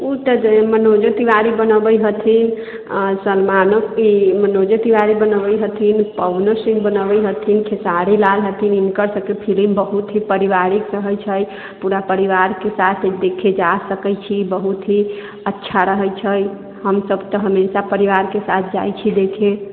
ओ तऽ मनोजो तिवारी बनबै हथिन सलमानो ई मनोजो तिवारी बनबै हथिन पवनो सिंह बनबै हथिन खेसारी लाल हथिन हिनकरसभके फिल्म बहुत ही परिवारिक रहै छै पूरा परिवारके साथे देखय जा सकै छी बहुत ही अच्छा रहै छै हमसभ तऽ हमेशा परिवारके साथ जाइत छी देखय